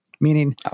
meaning